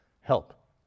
help